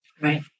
Right